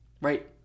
Right